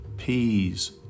Peas